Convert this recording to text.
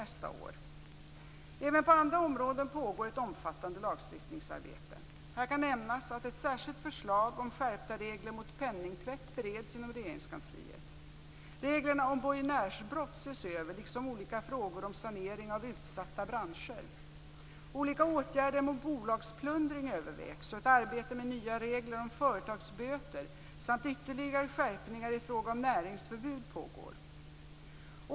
Även på andra områden pågår ett omfattande lagstiftningsarbete. Här kan nämnas att ett särskilt förslag om skärpta regler mot penningtvätt bereds inom Regeringskansliet. Reglerna om borgenärsbrott ses över liksom olika frågor om sanering av utsatta branscher. Olika åtgärder mot bolagsplundring övervägs, och ett arbete med nya regler om företagsböter samt ytterligare skärpningar i fråga om näringsförbud pågår.